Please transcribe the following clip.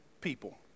people